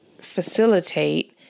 facilitate